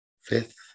Fifth